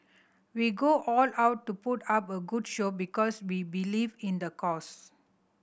we go all out to put up a good show because we believe in the cause